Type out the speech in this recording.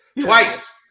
Twice